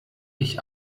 ich